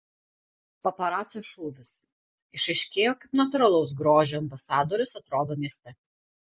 paparacio šūvis išaiškėjo kaip natūralaus grožio ambasadorės atrodo mieste